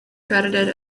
credited